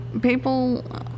people